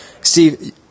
Steve